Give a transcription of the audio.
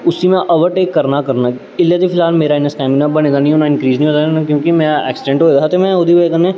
उस्सी में ओवरटेक करना गै करना इल्लै ते फिलहाल मेरा इन्ना स्टामना बने दा निं होना इंक्रीज निं होना क्योंकि में ऐक्सिडैंट होए दा हा ते में ओह्दी ब'जा कन्नै